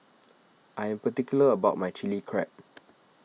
I am particular about my Chili Crab